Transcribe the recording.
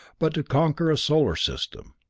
but to conquer a solar system,